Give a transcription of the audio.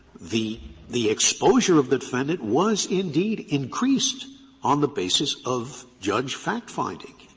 the the exposure of the defendant was indeed increased on the basis of judge fact finding.